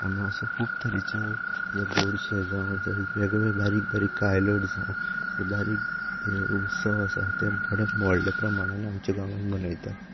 हांगा अशें खूब तरेचे मागीर गोडशें जावं वा वेगळे वेगळे बारीक बारीक कायलट जावं बारीक उत्सव आसा ते व्हडल्या प्रमाणान आमच्या गांवान मनयतात